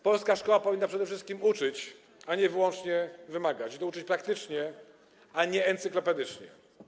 Polska szkoła powinna przede wszystkim uczyć, a nie wyłącznie wymagać, i to uczyć praktycznie, a nie encyklopedycznie.